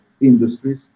industries